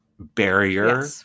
barrier